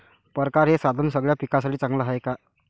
परकारं हे साधन सगळ्या पिकासाठी चांगलं हाये का?